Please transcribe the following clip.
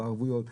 בערבויות,